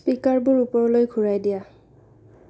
স্পিকাৰবোৰ ওপৰলৈ ঘূৰাই দিয়া